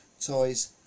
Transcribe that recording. toys